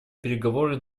переговоры